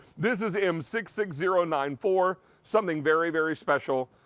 this is m six six zero nine for, something very very special,